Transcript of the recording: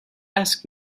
ask